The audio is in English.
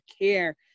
care